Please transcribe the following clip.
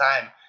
time